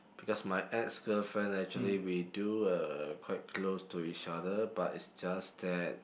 because my ex-girlfriend actually we do uh quite close to each other but it's just that